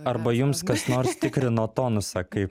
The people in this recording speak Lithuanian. arba jums kas nors tikrino tonusą kaip